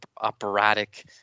operatic